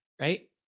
right